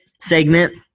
segment